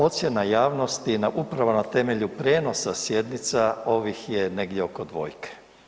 Ocjena javnosti je na upravo na temelju prijenosa sjednica ovih je negdje oko dvojke.